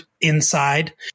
inside